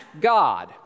God